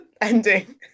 ending